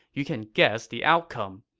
you can guess the outcome.